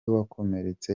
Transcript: wakomeretse